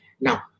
Now